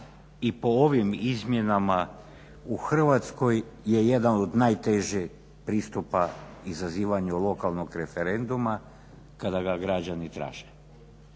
i po ovim izmjenama u Hrvatskoj je jedan od najtežih pristupa izazivanju lokalnog referenduma kada ga građani traže,